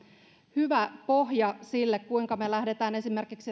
hyvä pohja sille kuinka me lähdemme esimerkiksi